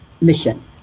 mission